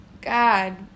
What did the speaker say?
God